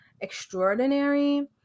extraordinary